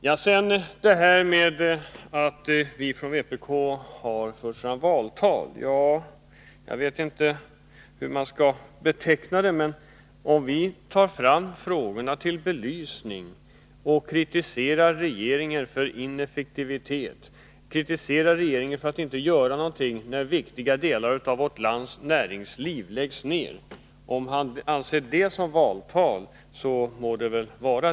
Industriministern sade att vi från vpk höll valtal här i kammaren. Vi belyser vissa frågor och kritiserar regeringen för ineffektivitet, kritiserar den för att den inte gör någonting när viktiga delar av vårt lands näringsliv läggs ned. Om han anser det vara valtal, må det vara hänt.